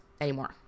anymore